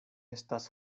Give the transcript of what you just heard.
estas